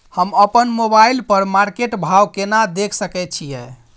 हम अपन मोबाइल पर मार्केट भाव केना देख सकै छिये?